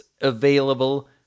available